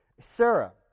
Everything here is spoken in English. Sarah